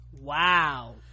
Wow